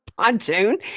pontoon